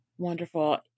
Wonderful